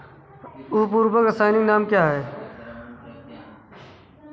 उर्वरक का रासायनिक नाम क्या है?